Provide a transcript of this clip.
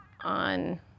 on